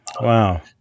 wow